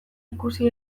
ikusi